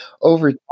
Over